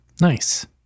nice